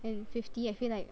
and fifty I feel like